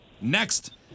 Next